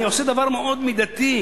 אני עושה דבר מאוד מידתי,